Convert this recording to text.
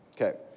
Okay